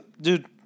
dude